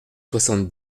soixante